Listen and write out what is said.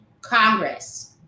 Congress